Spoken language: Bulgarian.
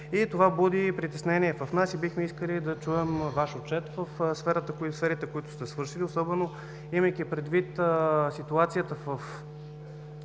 Това буди притеснение в нас и бихме искали да чуем Ваш отчет в сферите, които сте свършили, особено, имайки предвид ситуацията в